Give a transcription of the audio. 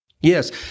Yes